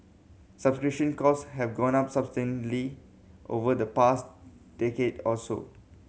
subscription cost have gone up substantially over the past decade or so